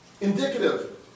Indicative